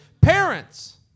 Parents